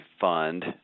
fund